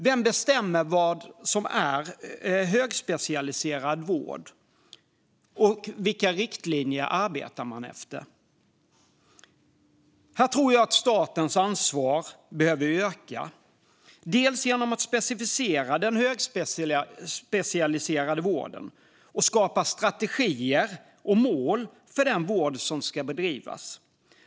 Vem bestämmer vad som är högspecialiserad vård, och vilka riktlinjer arbetar man efter? Här tror jag att statens ansvar behöver öka när det gäller att specificera den högspecialiserade vården och skapa strategier och mål för den vård som ska bedrivas.